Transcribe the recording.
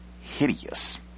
hideous